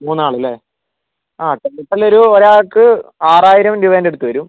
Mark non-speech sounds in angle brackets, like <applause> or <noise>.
മൂന്നാള് അല്ലേ ആ <unintelligible> ഇപ്പോൾ ഒരു ഒരാൾക്ക് ആറായിരം രൂപേൻ്റെ അടുത്തു വരും